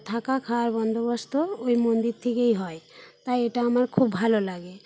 থাকা খাওয়ার বন্দোবস্ত ওই মন্দির থেকেই হয় তাই এটা আমার খুব ভালো লাগে